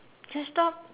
just stopped